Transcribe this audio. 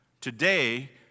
Today